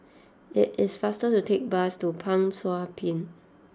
it is faster to take the bus to Pang Sua Pond